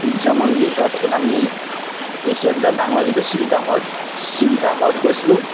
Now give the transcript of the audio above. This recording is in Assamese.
সূৰ্য মন্দিৰ যোৱাৰ পাছত আমি এছিয়াৰ ভিতৰত ডাঙৰ যিটো চিল্কা হট চিল্কা হৰ্ট গৈছিলোঁ